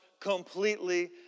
completely